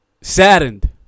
saddened